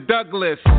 Douglas